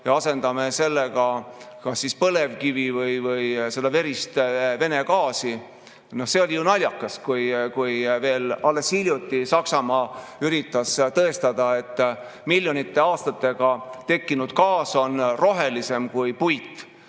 ja asendame sellega kas põlevkivi või seda verist Vene gaasi. No see oli ju naljakas, kui veel alles hiljuti Saksamaa üritas tõestada, et miljonite aastatega tekkinud gaas on rohelisem kui puit,